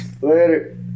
Later